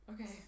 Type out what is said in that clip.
Okay